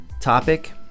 topic